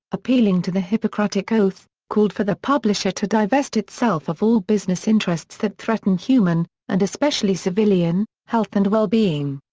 appealing to the hippocratic oath, called for the publisher to divest itself of all business interests that threaten human, and especially civilian, health and well-being.